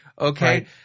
Okay